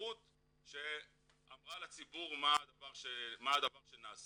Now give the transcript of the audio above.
דוברות שאמרה לציבור מה הדבר שנעשה,